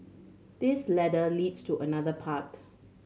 this ladder leads to another path